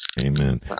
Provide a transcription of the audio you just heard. Amen